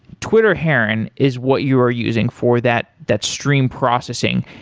twitter heron is what you are using for that that stream processing.